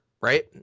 right